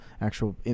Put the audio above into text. actual